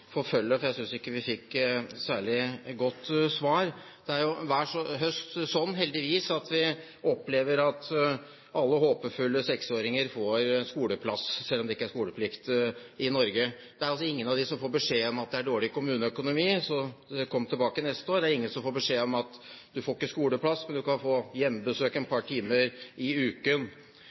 synes ikke vi fikk et særlig godt svar. Hver høst er det heldigvis slik at vi opplever at alle håpefulle 6-åringer får skoleplass, selv om det ikke er skoleplikt i Norge. Det er altså ingen av dem som får beskjed om at det er dårlig kommuneøkonomi, så kom tilbake neste år. Det er ingen som får beskjed om at du får ikke skoleplass, men du kan få hjemmebesøk et par timer i uken.